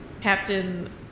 Captain